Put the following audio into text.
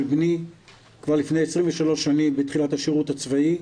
בני כבר לפני 23 שנים בתחילת השירות הצבאי,